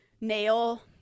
nail